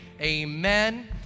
amen